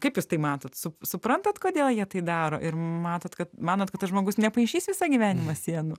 kaip jūs tai matot su suprantat kodėl jie tai daro ir matot kad manot kad tas žmogus nepaišys visą gyvenimą sienų